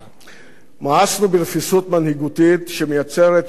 מאסנו ברפיסות מנהיגותית שמייצרת פניקה,